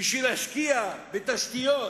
בשביל להשקיע בתשתיות,